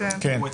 כן.